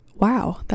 wow